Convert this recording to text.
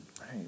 right